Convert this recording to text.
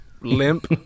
limp